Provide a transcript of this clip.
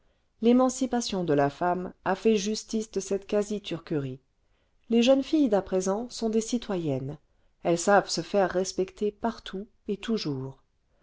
l'émancipation de la femme a fait justice de cette qnasi turquerie les jeunes filles d'à présent sont des citoyennes elles savent se faire respecter partout et toujours